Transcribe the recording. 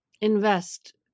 invest